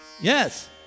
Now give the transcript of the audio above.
Yes